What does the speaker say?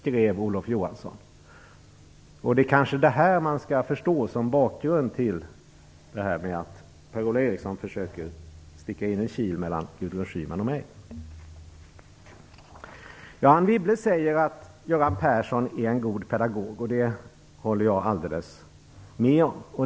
Det skall kanske förstås som bakgrund till Per-Ola Erikssons försök att slå in en kil mellan Gudrun Schyman och mig. Anne Wibble säger att Göran Persson är en god pedagog. Det håller jag helt med om.